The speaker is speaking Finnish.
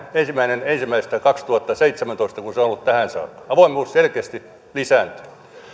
ensimmäinen ensimmäistä kaksituhattaseitsemäntoista ole ihan samanlainen kuin se on ollut tähän saakka avoimuus selkeästi lisääntyy